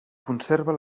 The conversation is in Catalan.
conserva